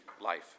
life